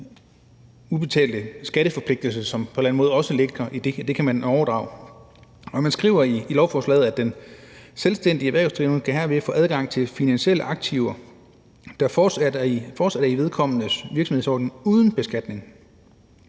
ubetalte skatteforpligtelse, som på en eller anden måde også ligger i det, kan man overdrage. Man skriver i lovforslaget, at den selvstændige erhvervsdrivende herved kan få adgang til finansielle aktiver, der fortsat er i vedkommendes virksomhedsordning, uden beskatning.